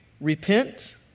repent